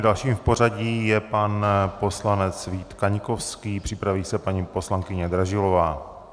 Dalším v pořadí je pan poslanec Vít Kaňkovský, připraví se paní poslankyně Dražilová.